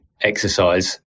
exercise